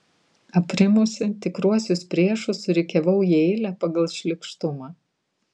aprimusi tikruosius priešus surikiavau į eilę pagal šlykštumą